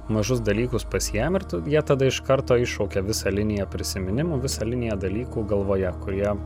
mažus dalykus pasiimi ir tu jie tada iš karto iššaukia visą liniją prisiminimų visą liniją dalykų galvoje kurie